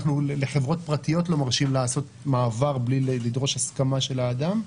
לחברות פרטיות אנחנו לא מרשים לעשות מעבר בלי לדרוש הסכמה של האדם.